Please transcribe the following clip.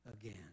again